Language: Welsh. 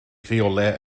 rheolau